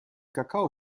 kakao